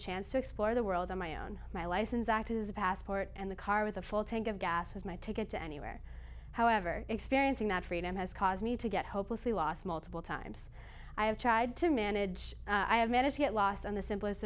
chance to explore the world on my own my license acted as a passport and the car with a full tank of gas as my take it to anywhere however experiencing that freedom has caused me to get hopelessly lost multiple times i have tried to manage i have managed to get lost on the simplest